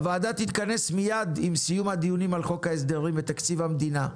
הוועדה תתכנס מיד עם סיום הדיונים על חוק ההסדרים בתקציב המדינה,